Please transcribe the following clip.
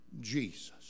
Jesus